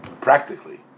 practically